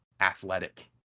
athletic